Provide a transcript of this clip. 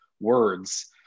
words